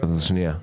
שני דברים.